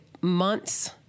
months